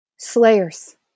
slayers